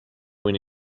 when